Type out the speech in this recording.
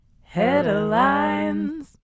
Headlines